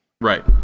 Right